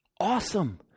awesome